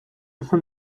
from